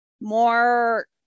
More